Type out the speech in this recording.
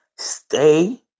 Stay